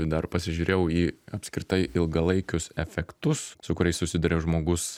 dar pasižiūrėjau į apskritai ilgalaikius efektus su kuriais susiduria žmogus